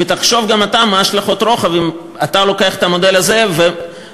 ותחשוב גם אתה מהן השלכות הרוחב אם אתה לוקח את המודל הזה ומנסה